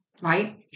right